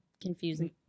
confusing